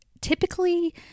Typically